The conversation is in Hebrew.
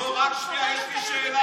רק שנייה, יש לי שאלה אליך.